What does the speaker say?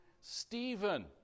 Stephen